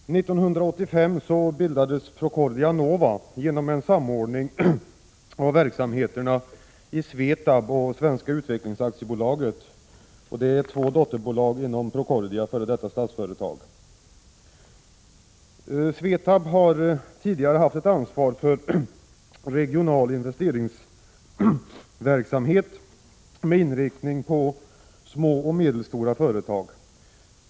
Herr talman! 1985 bildades Procordia Nova genom en samordning av verksamheterna i Svetab och Svenska utvecklings AB, två dotterbolag inom Procordia, f.d. Statsföretag. Svetab har tidigare haft ett ansvar för regional investeringsverksamhet med inriktning på små och medelstora företag.